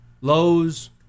Lowe's